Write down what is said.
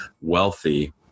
Wealthy